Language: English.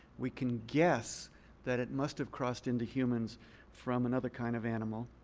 we can guess that it must have crossed into humans from another kind of animal.